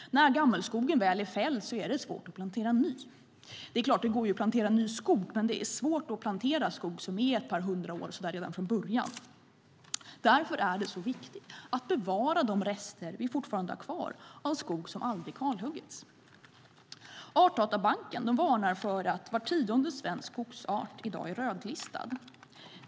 När gammelskogen väl är fälld är det svårt att plantera ny. Det är klart att det går att plantera ny skog, men det är svårt att plantera skog som är ett par hundra år redan från början. Därför är det så viktigt att bevara de rester av skog som aldrig kalhuggits som vi fortfarande har kvar. Artdatabanken varnar för att var tionde svensk skogsart i dag är rödlistad.